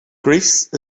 greece